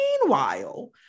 Meanwhile